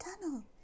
tunnel